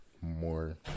more